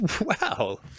wow